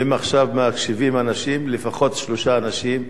ואם עכשיו מקשיבים אנשים, לפחות שלושה אנשים,